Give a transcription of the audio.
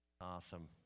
Awesome